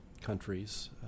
countries